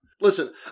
Listen